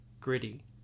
Gritty